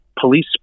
police